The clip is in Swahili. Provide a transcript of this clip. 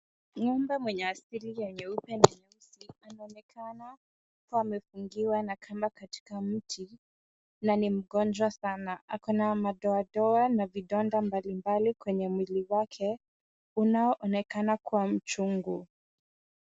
Ng'ombe mwenye asili ya nyeupe na nyeusi, anaonekana kuwa amefungiwa na kamba katika mti na ni mgonjwa sana. Ako na madoadoa na vidonda mbalimbali kwenye mwili wake, unaoonekana kuwa mchungu.